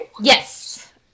Yes